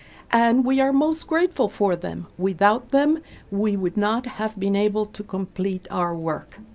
and we are most grateful for them. without them we would not have been able to complete our work.